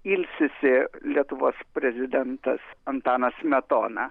ilsisi lietuvos prezidentas antanas smetona